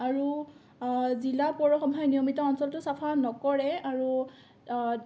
আৰু জিলা পৌৰসভাই নিয়মিত অঞ্চলটো চাফা নকৰে আৰু